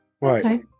Right